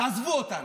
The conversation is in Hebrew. תעזבו אותנו.